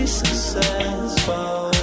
successful